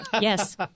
Yes